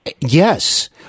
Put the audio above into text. Yes